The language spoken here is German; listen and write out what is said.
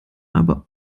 aber